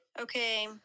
Okay